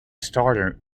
starter